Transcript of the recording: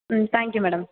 ம் thank you madam